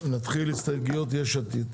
עם ההסתייגויות של יש עתיד.